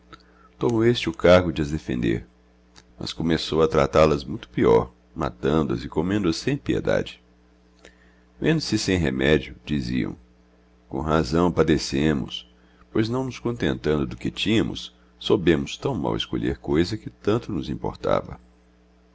tomou este o cargo de as defender j mas começou a tratallas muito peior matandças e comendo as sem piedade vendo-se sem remédio diziaô com razaó padecemos pois naó nos contentando do que tinhamos soubemos taó mal escolher cousa que tanto nos importíiva